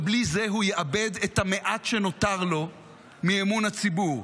ובלי זה הוא יאבד את המעט שנותר לו מאמון הציבור.